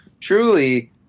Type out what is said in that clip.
Truly